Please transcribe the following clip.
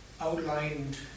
outlined